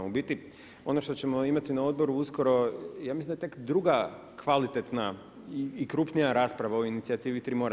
U biti ono što ćemo imati na odboru uskoro ja mislim da je tek druga kvalitetna i krupnija rasprava o inicijativi „Tri mora“